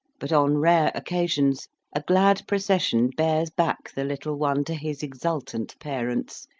but on rare occasions a glad procession bears back the little one to his exultant parents,